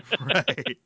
Right